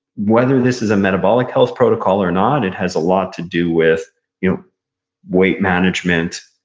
whether this is a metabolic health protocol or not, it has a lot to do with you know weight management,